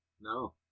No